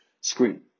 screen